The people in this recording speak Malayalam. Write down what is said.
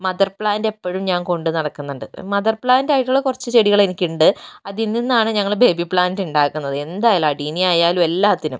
മദർ പ്ലാൻ്റ് എപ്പോഴും ഞാൻ കൊണ്ടു നടക്കുന്നുണ്ട് മദർ പ്ലാൻ്റായിട്ടുള്ള കുറച്ച് ചെടികൾ എനിക്കുണ്ട് അതിൽ നിന്നാണ് ഞങ്ങൾ ബേബി പ്ലാൻ്റ് ഉണ്ടാക്കുന്നത് എന്തായാലും അടിയിൽ നിന്നേ ആയാലും എല്ലാത്തിനും